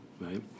right